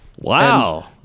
Wow